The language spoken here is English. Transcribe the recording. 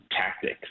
tactics